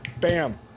Bam